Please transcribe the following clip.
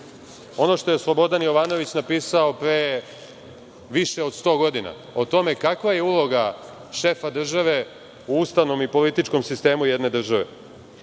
ono što je Slobodan Jovanović napisao pre više od 100 godina o tome kakva je uloga šefa države u ustavnom i političkom sistemu jedne države.„Na